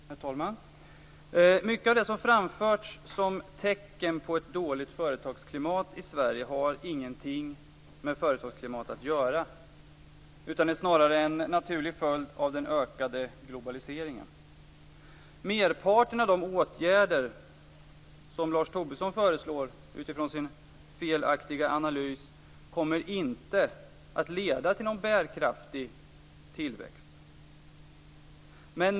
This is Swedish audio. Herr talman! Mycket av det som framförts som tecken på ett dåligt företagsklimat i Sverige har ingenting med företagsklimat att göra, utan är snarare en naturlig följd av den ökade globaliseringen. Merparten av de åtgärder som Lars Tobisson föreslår utifrån sin felaktiga analys kommer inte att leda till någon bärkraftig tillväxt.